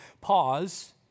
Pause